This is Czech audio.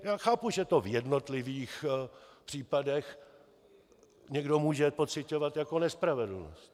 Já chápu, že to v jednotlivých případech někdo může pociťovat jako nespravedlnost.